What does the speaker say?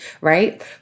right